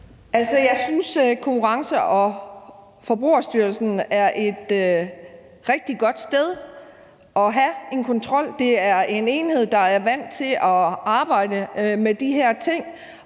Jeg synes, at Konkurrence- og Forbrugerstyrelsen er et rigtig godt sted at have en kontrol. Det er en enhed, der er vant til at arbejde med de her ting